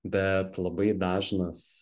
bet labai dažnas